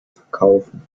verkaufen